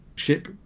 ship